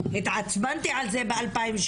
התעצבנתי על זה ב-2017,